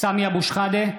סמי אבו שחאדה,